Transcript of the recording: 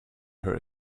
her